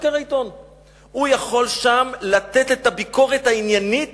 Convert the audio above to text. הוא יכול לתת שם את הביקורת העניינית